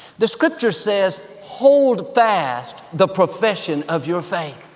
the scripture says, hold fast the profession of your faith.